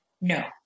no